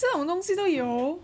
这种东西都有